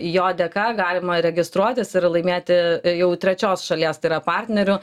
jo dėka galima registruotis ir laimėti jau trečios šalies tai yra partnerių